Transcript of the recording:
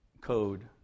code